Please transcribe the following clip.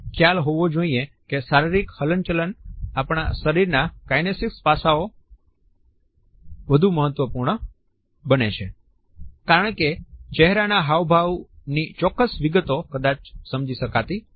આ અંતર વિશે આપણને એ ખ્યાલ હોવો જોઈએ કે શારીરિક હલનચલન આપણા શરીરના કાઈનેસીક્સ પાસાઓ વધુ મહત્વપૂર્ણ બને છે કારણ કે ચહેરાના હાવભાવની ચોક્કસ વિગતો કદાચ સમજી શકાતી નથી